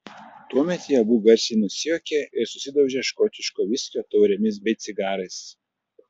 tuomet jie abu garsiai nusijuokia ir susidaužia škotiško viskio taurėmis bei cigarais